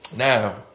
Now